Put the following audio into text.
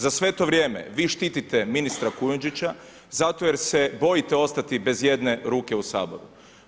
Za sve to vrijeme vi štitite ministra Kujundžića zato jer se bojite ostati bez jedne ruke u Saboru.